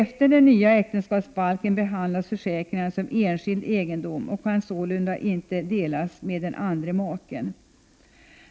Enligt den nya äktenskapsbalken behandlas försäkringarna som enskild egendom och kan sålunda inte delas med den andre maken.